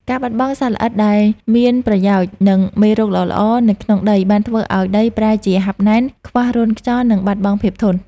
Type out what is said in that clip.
ការបាត់បង់សត្វល្អិតដែលមានប្រយោជន៍ និងមេរោគល្អៗនៅក្នុងដី បានធ្វើឱ្យដីប្រែជាហាប់ណែន ខ្វះរន្ធខ្យល់ និងបាត់បង់ភាពធន់។